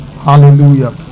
Hallelujah